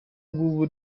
ngubu